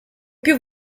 più